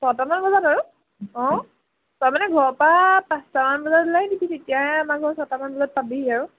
ছটামান বজাত আৰু অঁ তই মানে ঘৰৰ পৰা পাঁচটামান বজাত ওলাই দিবি তেতিয়াহে আমাৰ ঘৰ ছটামান বজাত পাবিহি আৰু